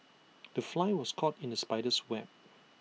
the fly was caught in the spider's web